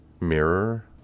mirror